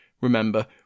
remember